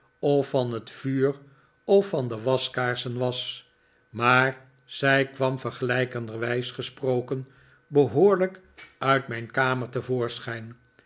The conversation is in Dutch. of van het vuur of van de waskaarsen was maar zij kwam vergelijkenderwijs gesproken behoorlijk uit mijn kamer